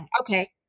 Okay